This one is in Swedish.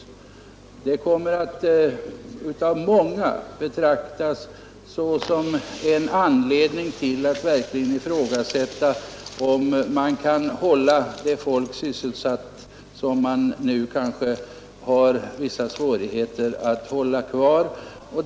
Många kommer att betrakta den höjda löneskatten som en anledning till att verkligen ifrågasätta, om man kan behålla den arbetskraft som man redan nu kanske har vissa svårigheter att sysselsätta.